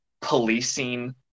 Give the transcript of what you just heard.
policing